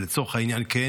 ולצורך העניין כן,